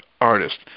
artist